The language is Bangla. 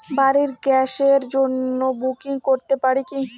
বাড়ির গ্যাসের জন্য বুকিং করতে পারি কি?